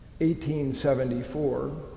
1874